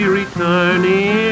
returning